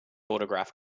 autograph